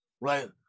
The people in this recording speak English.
right